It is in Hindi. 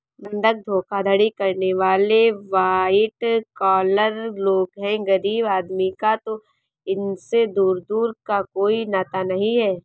बंधक धोखाधड़ी करने वाले वाइट कॉलर लोग हैं गरीब आदमी का तो इनसे दूर दूर का कोई नाता नहीं है